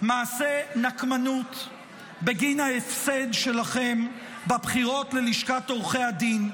מעשה נקמנות בגין ההפסד שלכם בבחירות ללשכת עורכי הדין,